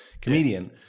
comedian